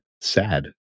sad